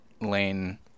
Lane